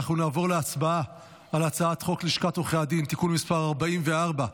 אנחנו נעבור להצבעה על הצעת חוק לשכת עורכי הדין (תיקון מס' 44)